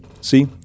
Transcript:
see